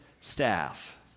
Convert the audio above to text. staff